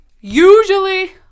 usually